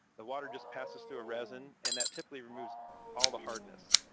the water just passes through a resin, and that typically removes all the hardness.